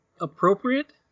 appropriate